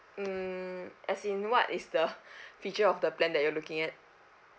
mm as in what is the feature of the plan that you're looking at